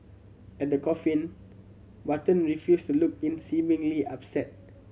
at the coffin Button refused to look in seemingly upset